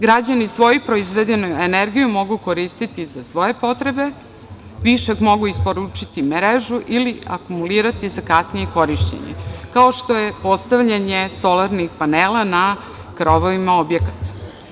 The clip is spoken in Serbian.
Građani svoju proizvedenu energiju mogu koristiti za svoje potrebe, višak mogu isporučiti mreži ili akumulirati za kasnije korišćenje kao što je postavljanje solarnih panela na krovovima objekata.